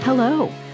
Hello